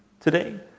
today